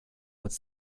would